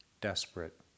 desperate